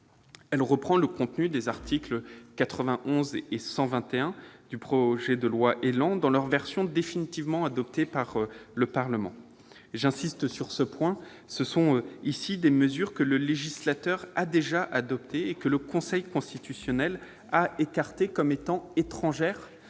Elle reprend le contenu des articles 91 et 121 du projet de loi ÉLAN dans la version définitivement adoptée par le Parlement. J'insiste sur ce point : ce sont des mesures que le législateur a déjà adoptées et que le Conseil constitutionnel a écartées pour des raisons